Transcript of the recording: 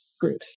groups